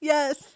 Yes